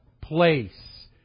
place